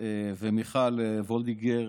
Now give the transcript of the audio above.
ולמיכל וולדיגר.